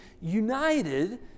united